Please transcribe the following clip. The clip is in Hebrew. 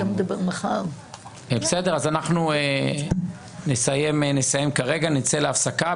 אנחנו נסיים כרגע, נצא להפסקה.